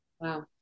Wow